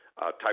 Type